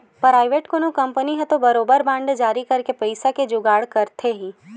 private कोनो company ह तो बरोबर बांड जारी करके पइसा के जुगाड़ करथे ही